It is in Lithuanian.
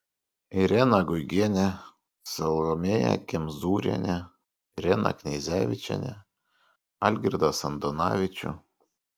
ireną guigienę salomėją kemzūrienę ireną kneizevičienę algirdą sandonavičių